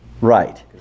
right